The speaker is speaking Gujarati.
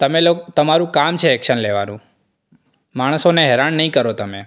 તમે લોગ તમારું કામ કે એક્શન લેવાનું માણસોને હેરાન નહીં કરો તમે